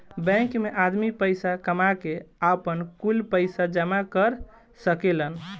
bank मे आदमी पईसा कामा के, आपन, कुल पईसा जामा कर सकेलन